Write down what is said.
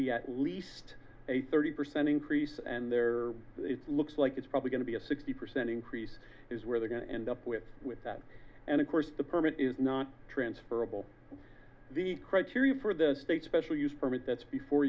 be at least a thirty percent increase and there looks like it's probably going to be a sixty percent increase is where they're going to end up with with that and of course the permit is not transferable to the criteria for the state special use permit